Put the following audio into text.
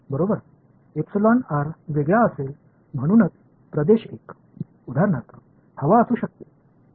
மாணவர் சரிதானே வித்தியாசமாக இருக்கும் அதனால்தான் பகுதி ஒன்று